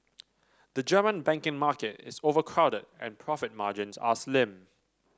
the German banking market is overcrowded and profit margins are slim